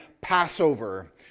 Passover